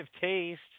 taste